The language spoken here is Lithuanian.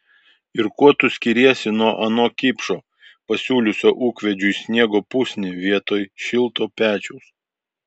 ir kuo tu skiriesi nuo ano kipšo pasiūliusio ūkvedžiui sniego pusnį vietoj šilto pečiaus